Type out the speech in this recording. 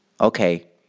Okay